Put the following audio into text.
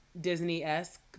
Disney-esque